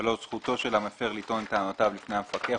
זכותו של המפר לטעון את טענותיו לפני המפקח